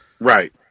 Right